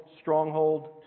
stronghold